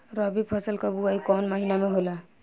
रबी फसल क बुवाई कवना महीना में होला?